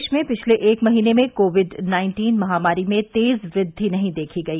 देश में पिछले एक महीने में कोविड नाइन्टीन महामारी में तेज वृद्धि नहीं देखी गई